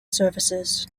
services